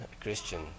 Christian